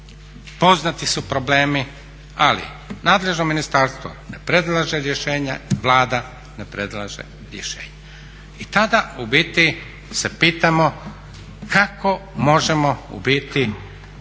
poznati su problemi. Ali nadležno ministarstvo ne predlaže rješenja, Vlada ne predlaže rješenja. I tada u biti se pitamo kako možemo u biti